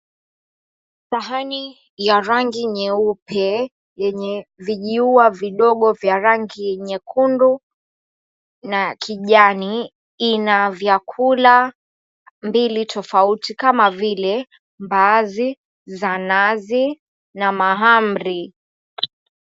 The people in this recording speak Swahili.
Sahani ya rangi nyeupe yenye vikiwa vidogo vya rangi nyekundu na kijani ina vyakula mbili tofauti kama vile mbaazi za nazi na mahamri.